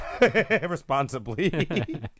responsibly